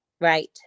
Right